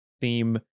theme